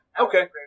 Okay